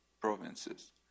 provinces